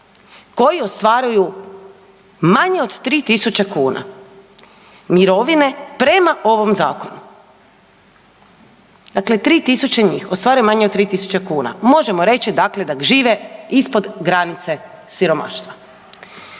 koji ostvaruju manje od 3.000 kuna mirovine prema ovom zakonu. Dakle, 3000 njih ostvaruje manje od 3.000 kuna možemo reći dakle da žive ispod granice siromaštva.